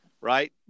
Right